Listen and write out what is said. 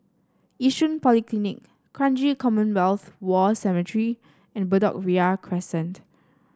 Yishun Polyclinic Kranji Commonwealth War Cemetery and Bedok Ria Crescent